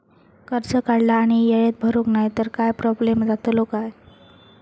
कर्ज काढला आणि वेळेत भरुक नाय तर काय प्रोब्लेम जातलो काय?